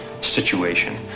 situation